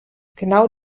genau